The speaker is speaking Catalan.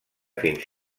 fins